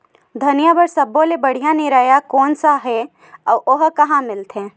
धनिया बर सब्बो ले बढ़िया निरैया कोन सा हे आऊ ओहा कहां मिलथे?